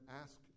ask